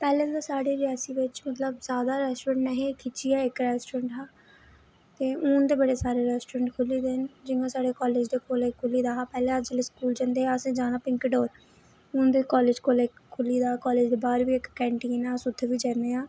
पैह्ले ते साढ़ा रेयासी बिच्च मतलब जादा रेस्टोरेंट नेईं हे खिच्चियै एक्क रेस्टोरेंट हा ते हून ते बड़े सारे रेस्टोरेंट खु'ल्ली गेदे न जियां साढ़े कालेज दे कोल इक खु'ल्ली गेदा हा पैह्ले जेल्लै अस स्कूल जंदे हे असें जाना पिंक डोर हून ते कालेज कोल इक खु'ल्ली गेदा कालेज दे बाह्र बी इक कैंटीन ऐ उस उत्थै बी जन्ने आं